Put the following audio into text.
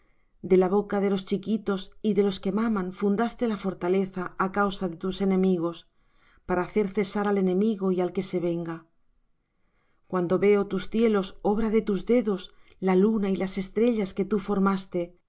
de la boca de los chiquitos y de los que maman fundaste la fortaleza a causa de tus enemigos para hacer cesar al enemigo y al que se venga cuando veo tus cielos obra de tus dedos la luna y las estrellas que tú formaste